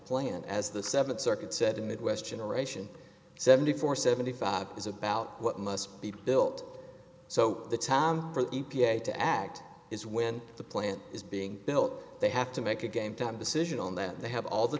plant as the seventh circuit said in midwest generation seventy four seventy five is about what must be built so the time for the e p a to act is when the plant is being built they have to make a game time decision on that they have all the